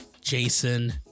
Jason